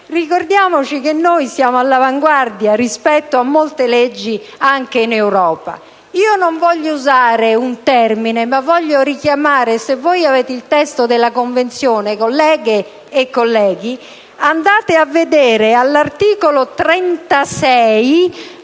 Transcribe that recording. Ricordiamoci che noi siamo all'avanguardia rispetto a molte leggi, anche in Europa. Io non voglio usare un termine, ma voglio richiamare l'attenzione su un punto. Se avete il testo della Convenzione, colleghe e colleghi, andate a vedere all'articolo 36